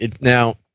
Now